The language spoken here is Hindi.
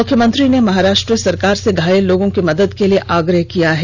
मुख्यमंत्री ने महाराष्ट्र सरकार से घायल लोगों की मदद के लिए आग्रह किया है